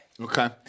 Okay